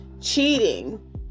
cheating